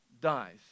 dies